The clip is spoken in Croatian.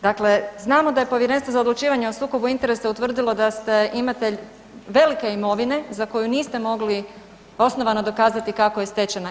Dakle, znamo da je Povjerenstvo za odlučivanje o sukobu interesa utvrdilo da ste imatelj velike imovine za koju niste mogli osnovano dokazati kako je stečena.